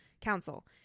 Council